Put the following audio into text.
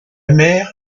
mer